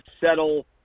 Settle